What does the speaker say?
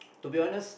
to be honest